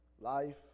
life